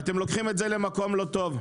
ואתם לוקחים את זה למקום לא טוב.